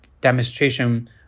demonstration